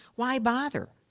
why bother?